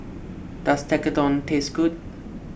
does Tekkadon taste good